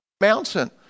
mountain